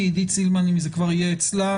עידית סילמן אם זה כבר יהיה אצלה,